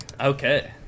okay